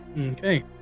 Okay